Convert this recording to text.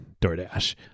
DoorDash